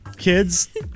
kids